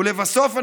לבסוף,